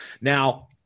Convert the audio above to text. Now